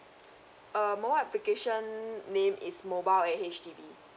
err mobile application name is mobile at H_D_B